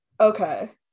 okay